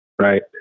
Right